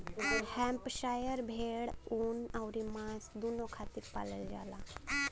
Hampshire भेड़ ऊन अउरी मांस दूनो खातिर पालल जाला